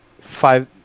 five